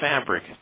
fabric